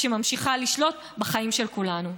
שממשיכה לשלוט בחיים של כולנו.